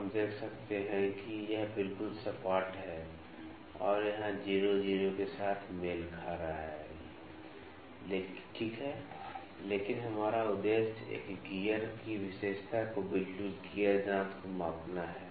अब हम देख सकते हैं कि यह बिल्कुल सपाट है और यहाँ 0 0 के साथ मेल खा रहा है ठीक है लेकिन हमारा उद्देश्य एक गियर की विशेषता को बिल्कुल गियर दांत को मापना है